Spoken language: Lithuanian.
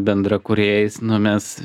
bendrakūrėjais nu mes